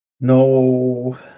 No